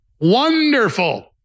Wonderful